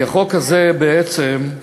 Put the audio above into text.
החוק הזה, בעצם,